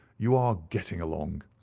you are getting along.